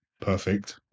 perfect